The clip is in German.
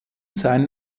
seinen